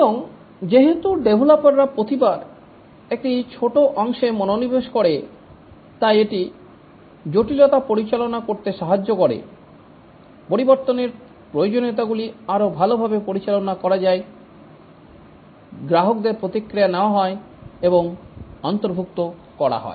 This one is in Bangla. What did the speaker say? এবং যেহেতু ডেভেলপাররা প্রতিবার একটি ছোট অংশে মনোনিবেশ করেতাই এটি জটিলতা পরিচালনা করতে সাহায্য করে পরিবর্তনের প্রয়োজনীয়তাগুলি আরও ভালভাবে পরিচালনা করা যায় গ্রাহকদের প্রতিক্রিয়া নেওয়া হয় এবং অন্তর্ভুক্ত করা হয়